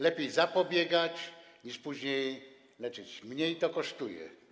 Lepiej zapobiegać, niż później leczyć, mniej to kosztuje.